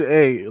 Hey